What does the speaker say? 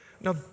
Now